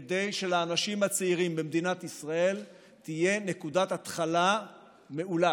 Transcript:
כדי שלאנשים הצעירים במדינת ישראל תהיה נקודת התחלה מעולה,